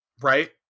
Right